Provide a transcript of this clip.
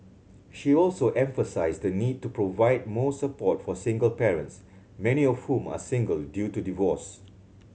she also emphasised the need to provide more support for single parents many of whom are single due to divorce